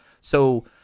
So-